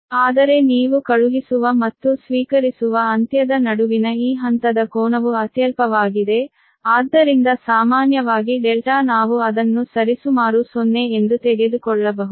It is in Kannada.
ಆದರೆ ನೀವು ಕಳುಹಿಸುವ ಮತ್ತು ಸ್ವೀಕರಿಸುವ ಅಂತ್ಯದ ನಡುವಿನ ಈ ಹಂತದ ಕೋನವು ಅತ್ಯಲ್ಪವಾಗಿದೆ ಆದ್ದರಿಂದ ಸಾಮಾನ್ಯವಾಗಿ δ ನಾವು ಅದನ್ನು ಸರಿಸುಮಾರು 0 ಎಂದು ತೆಗೆದುಕೊಳ್ಳಬಹುದು